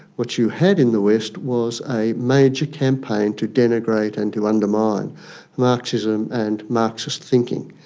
what you had in the west was a major campaign to denigrate and to undermine marxism and marxist thinking.